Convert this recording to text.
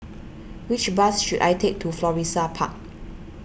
which bus should I take to Florissa Park